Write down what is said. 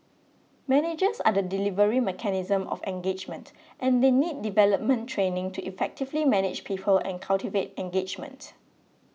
managers are the delivery mechanism of engagement and they need development training to effectively manage people and cultivate engagement